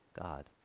God